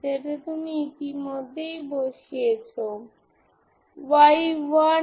প্রথমত আমাদের কেবল আছে n4n22b a2